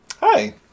Hi